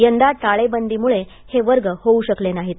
यंदा टाळेबंदीमुळं हे वर्ग होऊ शकले नाहीत